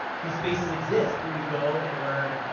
these spaces exist for you to go, and learn,